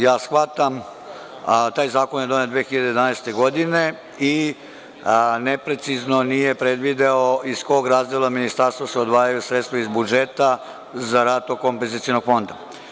Ja shvatam, taj zakon je donet 2011. godine i neprecizno nije predvideo iz kog razdela ministarstva se odvajaju sredstva iz budžeta za rad tog Kompenzacionog fonda.